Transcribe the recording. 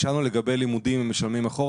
נשאלנו אם משלמים אחורה על לימודים,